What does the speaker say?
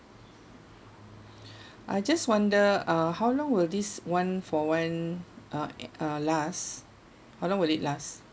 I just wonder uh how long will this one for one uh uh last how long will it last